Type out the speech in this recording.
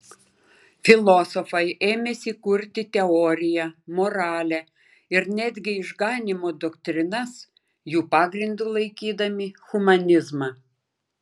filosofai ėmėsi kurti teoriją moralę ir netgi išganymo doktrinas jų pagrindu laikydami humanizmą